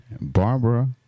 Barbara